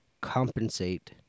compensate